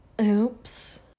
Oops